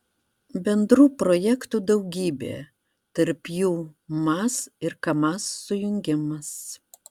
bendrų projektų daugybė tarp jų maz ir kamaz sujungimas